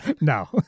No